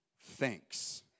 thanks